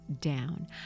down